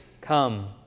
Come